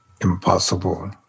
impossible